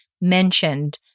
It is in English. mentioned